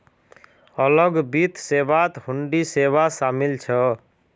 अलग वित्त सेवात हुंडी सेवा शामिल छ